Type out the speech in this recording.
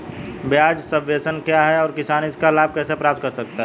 ब्याज सबवेंशन क्या है और किसान इसका लाभ कैसे प्राप्त कर सकता है?